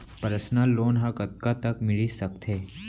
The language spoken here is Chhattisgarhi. पर्सनल लोन ह कतका तक मिलिस सकथे?